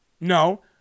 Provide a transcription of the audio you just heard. no